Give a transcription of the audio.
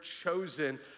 chosen